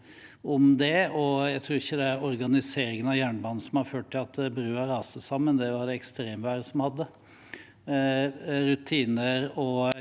jeg tror ikke det er organiseringen av jernbanen som har ført til at broen raste sammen, det var det ekstremværet som gjorde.